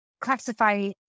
classify